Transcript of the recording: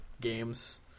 games